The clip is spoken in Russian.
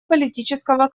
политического